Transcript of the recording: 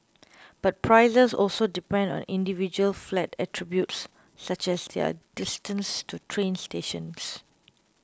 but prices also depend on individual flat attributes such as their distance to train stations